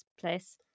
Place